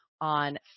on